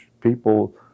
people